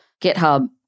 GitHub